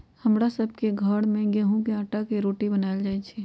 हमरा सभ के घर में गेहूम के अटा के रोटि बनाएल जाय छै